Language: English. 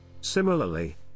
Similarly